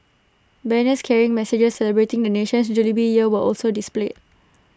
banners carrying messages celebrating the nation's jubilee year were also displayed